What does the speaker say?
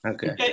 Okay